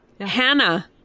Hannah